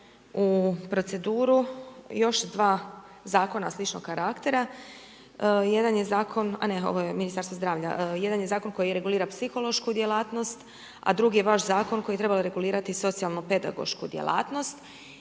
a ne ovo je Ministarstvo zdravlja, jedan je zakon koji regulira psihološku djelatnosti, a drugi je vaš zakon koji treba regulirati socijalnu pedagošku djelatnost